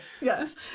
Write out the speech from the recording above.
yes